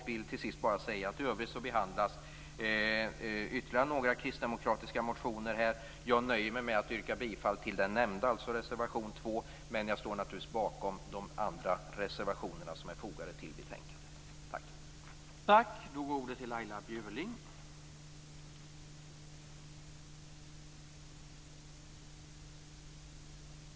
Till sist vill jag säga att i övrigt behandlas ytterligare några kristdemokratiska motioner. Jag nöjer mig med att yrka bifall till den nämnda, alltså reservation 2, men jag står naturligtvis bakom de övriga reservationer som är fogade till betänkandet. Tack!